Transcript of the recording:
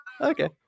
Okay